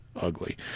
ugly